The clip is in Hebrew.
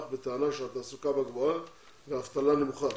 בטענה שהתעסוקה בה גבוהה והאבטלה נמוכה.